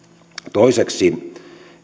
toiseksi